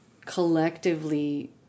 collectively